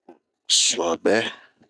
Suabɛɛ.